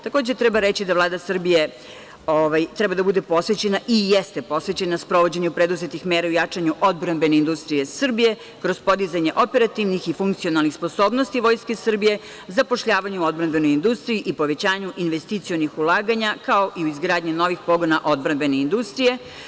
Takođe treba reći da Vlada Srbije treba biti posvećena i jeste posvećena sprovođenju preduzetih mera u jačanju odbrambene industrije Srbije kroz podizanje operativnih i funkcionalnih sposobnosti Vojske Srbije, zapošljavanju u odbrambenoj industriji i povećanju investicionih ulaganja, kao i u izgradnji novih pogona odbrambene industrije.